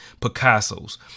Picasso's